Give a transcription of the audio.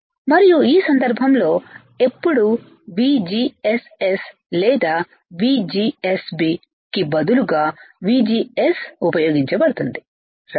మరియు ఈ సందర్భంలో ఎప్పుడు VGSS లేదా VGSB కి బదులు గా VGS ఉపయోగించబడింది సరే